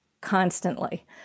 constantly